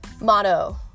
motto